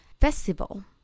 festival